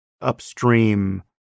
upstream